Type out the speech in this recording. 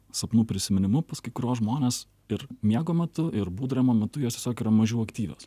sapnų prisiminimu pas kai kuriuos žmones ir miego metu ir būdravimo metu jos tiesiog yra mažiau aktyvios